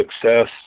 success